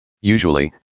Usually